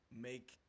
make